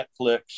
Netflix